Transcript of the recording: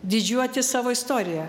didžiuotis savo istorija